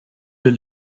will